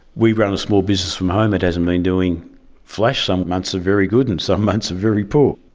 we run a small business from home. it hasn't been doing flash. some months are very good, and some months are very poor.